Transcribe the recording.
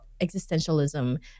existentialism